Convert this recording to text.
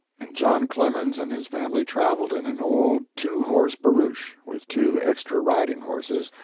and john clemens and his family traveled in an old two-horse barouche, with two extra riding-horses,